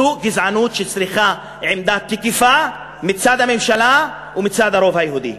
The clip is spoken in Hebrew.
זו גזענות שצריכה עמדה תקיפה מצד הממשלה ומצד הרוב היהודי.